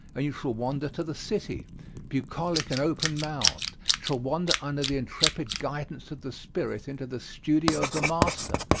and you shall wander to the city bucolic and open-mouthed shall wander under the intrepid guidance of the spirit into the studio of the master,